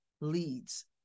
leads